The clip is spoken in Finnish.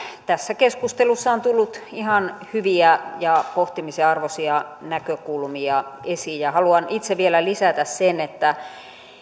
tässä keskustelussa on tullut esiin ihan hyviä ja pohtimisen arvoisia näkökulmia haluan itse vielä lisätä sen että